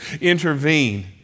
intervene